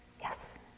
Yes